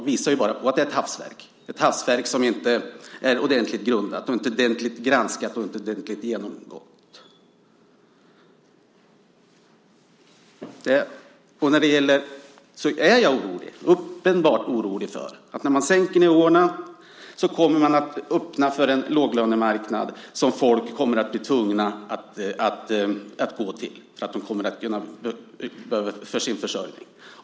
Det visar bara att det är ett hafsverk som inte är ordentligt grundat, granskat och genomgånget. Jag är orolig för att man när man sänker nivåerna kommer att öppna för en låglönemarknad som folk blir tvungna att gå till för sin försörjning.